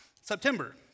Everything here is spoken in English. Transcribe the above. September